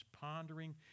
pondering